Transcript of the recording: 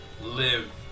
live